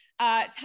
Top